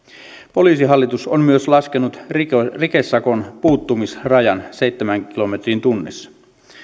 poliisihallitus on myös laskenut rikesakon puuttumisrajan seitsemään kilometriin tunnissa